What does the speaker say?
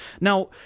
now